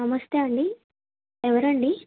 నమస్తే అండి ఎవరండీ